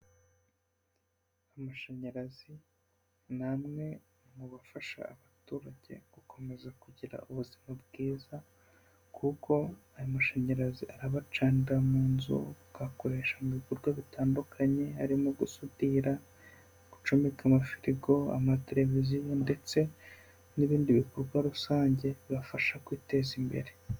Amashanyarazi ni amwe mu bifasha abaturage gukomeza kugira ubuzima bwiza kuko aya mashanyarazi arabacanira mu nzu, bakayakoresha mu bikorwa bitandukanye, harimo gusudira, gucomeka amafirigo, amatereviziyo ndetse n'ibindi bikorwa rusange bibafasha kwiteza imbere.